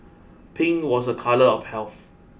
pink was a colour of health